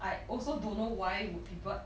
I also don't know why would people